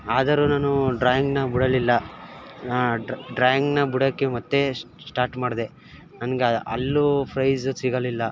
ಆದರೂ ನಾನು ಡ್ರಾಯಿಂಗನ್ನು ಬಿಡಲಿಲ್ಲ ನಾ ಡ್ರಾಯಿಂಗನ್ನು ಬಿಡೋಕೆ ಮತ್ತೆ ಸ್ಟಾಟ್ ಮಾಡಿದೆ ನನ್ಗೆ ಅಲ್ಲೂ ಫ್ರೈಝ್ ಸಿಗಲಿಲ್ಲ